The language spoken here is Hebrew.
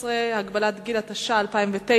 16) (הגבלת גיל), התש"ע 2009,